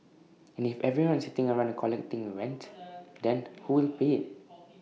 and if everyone is sitting around the collecting rent then who will pay IT